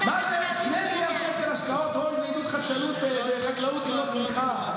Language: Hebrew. מה זה 46 מיליארד שקל חומש רכבת אם לא מעודד צמיחה?